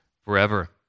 forever